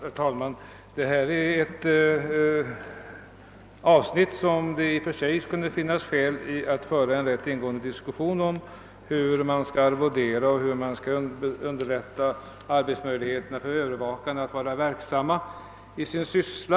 Herr talman! Detta är ett avsnitt där det i och för sig kunde finnas skäl att föra en rätt ingående diskussion. Det gäller frågan om hur man skall arvodera övervakarna och hur man skall kunna underlätta möjligheterna för dem att vara verksamma i sin syssla.